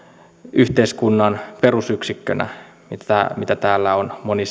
yhteiskunnan perusyksikkönä mitä mitä täällä on moni